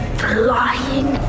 flying